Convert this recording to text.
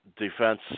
defense